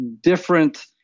different